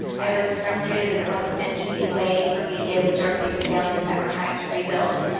i was frustrated that there wasn't an easy way for me to give directly to families that were trying to rebuild.